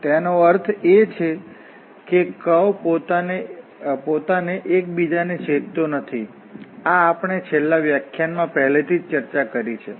તેનો અર્થ એ કે કર્વ પોતાને એકબીજાને છેદેતો નથી આ આપણે છેલ્લા વ્યાખ્યાનમાં પહેલેથી જ ચર્ચા કરી છે